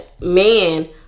man